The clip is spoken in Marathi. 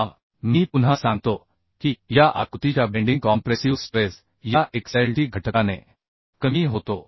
आता मी पुन्हा सांगतो की या आकृतीच्या बेंडिंग कॉम्प्रेसिव स्ट्रेस या xlt घटकाने कमी होतो